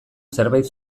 zerbait